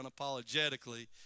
unapologetically